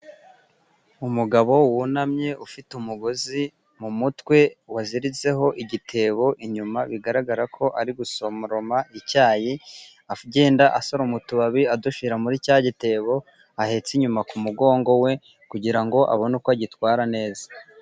Umugabo wunamye ufite umugozi mu mutwe waziritseho igitebo inyuma bigaragara ko ari gusoroma icyayi. Agenda asoroma utubabi adushyira muri cya gitebo ahetse inyuma ku mugongo we kugira abone uko agitwara neza.